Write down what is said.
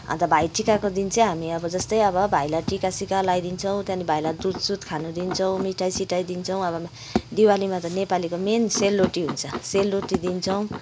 अन्त भाइटिकाको दिन चाहिँ हामी अब जस्तै अब भाइलाई टीका सिका लाइदिन्छौँ त्यहाँदेखि भाइलाई दुध सुध खान दिन्छौँ मिठाइ सिठाइ दिन्छौँ अब दिवालीमा त नेपालीको मेन सेलरोटी हुन्छ सेलरोटी दिन्छौँ